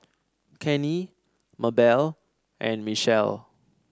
Kenny Mabelle and Michell